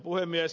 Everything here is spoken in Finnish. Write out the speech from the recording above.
puhemies